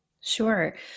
Sure